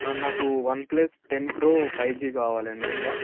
నాకు one plus ten pro five G కావాలండి ఉందా